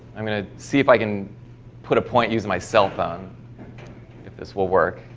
i mean it see if i can put a point use my cell phone if this will work